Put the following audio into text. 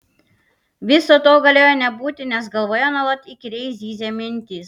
viso to galėjo nebūti nes galvoje nuolat įkyriai zyzė mintys